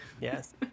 Yes